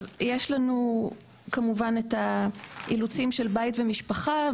יש לנו כמובן את האילוצים של בית ומשפחה,